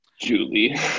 Julie